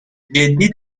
جدی